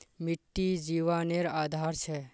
मिटटी जिवानेर आधार छे